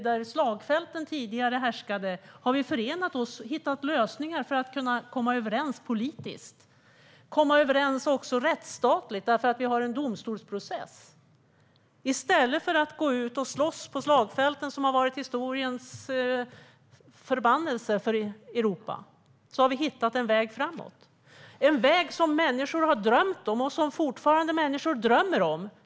Där slagfälten tidigare härskade har vi förenat oss och hittat lösningar för att kunna komma överens politiskt. Vi har kunnat komma överens också rättsstatligt eftersom vi har en domstolsprocess. I stället för att gå ut och slåss på slagfälten, som har varit historiens förbannelse för Europa, har vi hittat en väg framåt. Det är en väg som människor har drömt om och som människor fortfarande drömmer om.